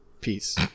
Peace